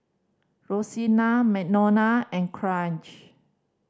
Rosena Madonna and Kraig